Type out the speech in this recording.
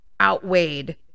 outweighed